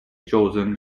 chosen